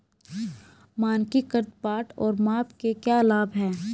मानकीकृत बाट और माप के क्या लाभ हैं?